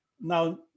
Now